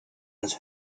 ins